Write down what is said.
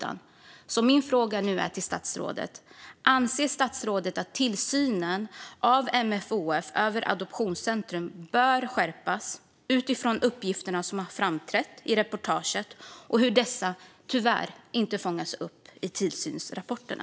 Anser statsrådet att MFoF:s tillsyn av Adoptionscentrum bör skärpas utifrån uppgifterna som framkommit i Uppdrag granskning s reportage och att dessa tyvärr inte fångats upp i tillsynsrapporterna?